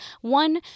One